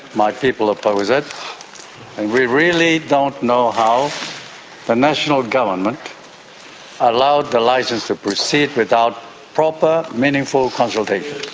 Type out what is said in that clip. my people oppose it. and we really don't know how the national government allowed the licence to proceed without proper meaningful consultation.